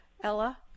Ella